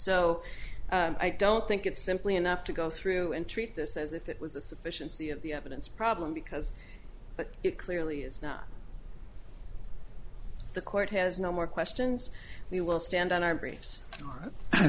so i don't think it's simply enough to go through and treat this as if it was a sufficient c of the evidence problem because but it clearly is not the court has no more questions we will stand on our briefs i